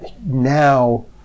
now